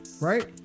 Right